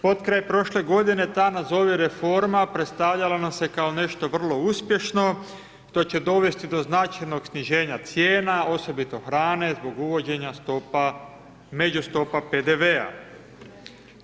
Potkraj prošle godine, ta, nazovi reforma, predstavljala nam se kao nešto vrlo uspješno, to će dovesti do značajnog sniženja cijena, osobito hrane, zbog uvođenja stopa, međustopa PDV-a.